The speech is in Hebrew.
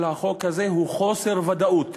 של החוק הזה הוא חוסר ודאות.